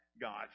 God